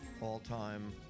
all-time